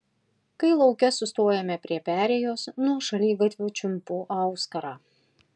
kai lauke sustojame prie perėjos nuo šaligatvio čiumpu auskarą